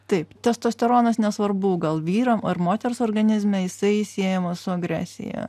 taip testosteronas nesvarbu gal vyro ar moters organizme jisai siejamas su agresija